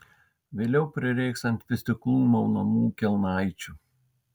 vėliau prireiks ant vystyklų maunamų kelnaičių